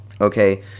okay